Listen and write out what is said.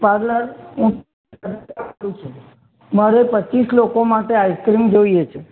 parlour હું મારે પચીસ લોકો માટે આઈસક્રીમ જોઈએ છે